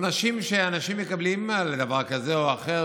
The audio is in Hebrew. עונשים שאנשים מקבלים על דבר כזה או אחר